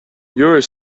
are